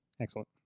Excellent